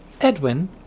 Edwin